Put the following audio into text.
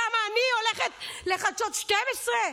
למה, אני הולכת לחדשות 12?